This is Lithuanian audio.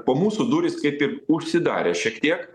po mūsų durys kaip ir užsidarė šiek tiek